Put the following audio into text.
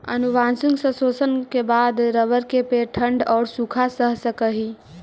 आनुवंशिक संशोधन के बाद रबर के पेड़ ठण्ढ औउर सूखा सह सकऽ हई